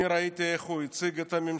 אני ראיתי איך הוא הציג את הממשלה,